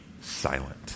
silent